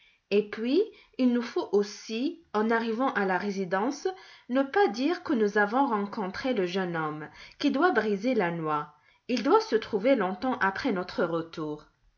et puis il nous faut aussi en arrivant à la résidence ne pas dire que nous avons rencontré le jeune homme qui doit briser la noix il doit se trouver longtemps après notre retour